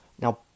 Now